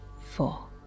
four